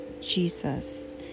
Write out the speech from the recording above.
Jesus